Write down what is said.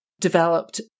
developed